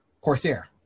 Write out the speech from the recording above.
Corsair